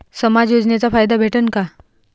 समाज योजनेचा फायदा भेटन का?